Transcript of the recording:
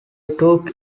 took